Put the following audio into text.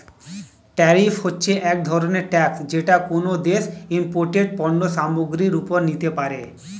tariff হচ্ছে এক ধরনের ট্যাক্স যেটা কোনো দেশ ইমপোর্টেড পণ্য সামগ্রীর ওপরে নিতে পারে